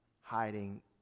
hiding